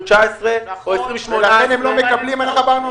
התוכנית שלפיה- -- זה מה שיש בסוף הסעיף,